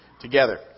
together